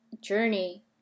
journey